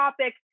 topic